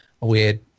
weird